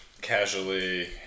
casually